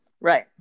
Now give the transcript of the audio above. right